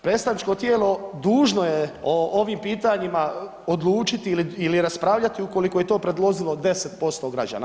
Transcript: Predstavničko tijelo dužno je o ovim pitanjima odlučiti ili raspravljati ukoliko je to predložilo 10% građana.